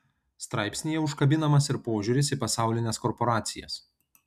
straipsnyje užkabinamas ir požiūris į pasaulines korporacijas